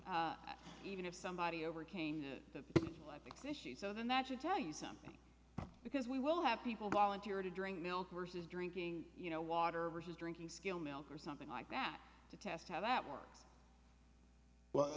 interiors even if somebody overcame the likes issues so then that should tell you something because we will have people volunteer to drink milk versus drinking you know water or his drinking skill milk or something like that to test how that works